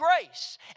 grace